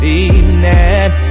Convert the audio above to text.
evening